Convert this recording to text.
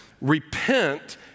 repent